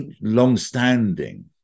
long-standing